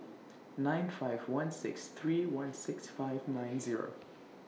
nine five one six three one six five nine Zero